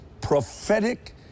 prophetic